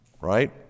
Right